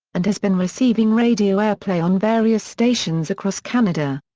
and has been receiving radio airplay on various stations across canada.